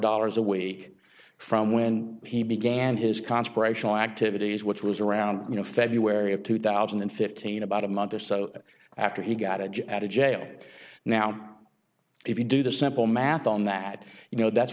dollars a week from when he began his consecration activities which was around you know february of two thousand and fifteen about a month or so after he got a job at a jail now if you do the simple math on that you know that's